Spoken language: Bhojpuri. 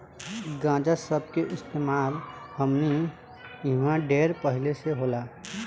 गांजा सब के इस्तेमाल हमनी इन्हा ढेर पहिले से होला